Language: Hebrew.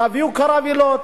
תביאו קרווילות,